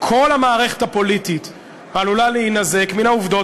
כל המערכת הפוליטית עלולה להינזק מן העובדות